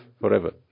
forever